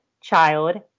child